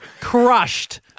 Crushed